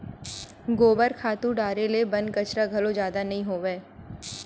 गोबर खातू डारे ले बन कचरा घलो जादा नइ होवय